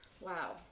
Wow